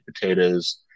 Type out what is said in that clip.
potatoes